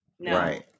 right